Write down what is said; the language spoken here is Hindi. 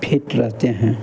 फिट रहते हैं